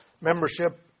membership